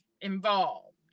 involved